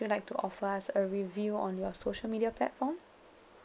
you like to offer us a review on your social media platform